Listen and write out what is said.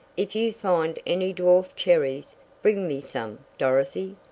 if you find any dwarf cherries bring me some, dorothy.